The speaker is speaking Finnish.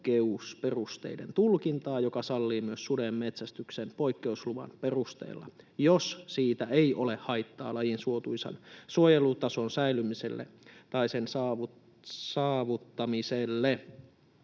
poikkeusperusteiden tulkintaa, joka sallii myös suden metsästyksen poikkeusluvan perusteella, jos siitä ei ole haittaa lajin suotuisan suojelutason säilymiselle tai sen saavuttamiselle.